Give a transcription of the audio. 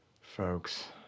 folks